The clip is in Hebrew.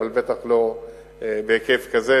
אבל בטח לא בהיקף כזה,